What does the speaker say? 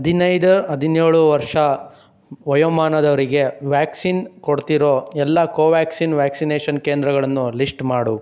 ಹದಿನೈದು ಹದಿನೇಳು ವರ್ಷ ವಯೋಮಾನದವರಿಗೆ ವ್ಯಾಕ್ಸಿನ್ ಕೊಡ್ತಿರೋ ಎಲ್ಲ ಕೋವ್ಯಾಕ್ಸಿನ್ ವ್ಯಾಕ್ಸಿನೇಷನ್ ಕೇಂದ್ರಗಳನ್ನು ಲಿಸ್ಟ್ ಮಾಡು